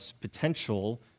potential